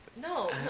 No